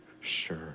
sure